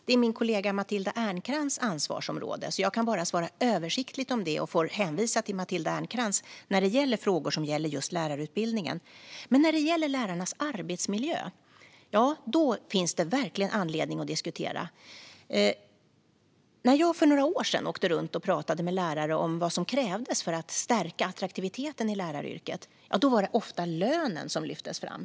Det är min kollega Matilda Ernkrans ansvarsområde, så jag kan bara svara översiktligt om det och får hänvisa till Matilda Ernkrans när det gäller frågor om just lärarutbildningen. Men när det gäller lärarnas arbetsmiljö finns det verkligen mycket att diskutera. När jag för några år sedan åkte runt och talade med lärare om vad som krävdes för att stärka attraktiviteten i läraryrket var det ofta lönen som lyftes fram.